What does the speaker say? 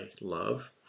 love